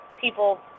people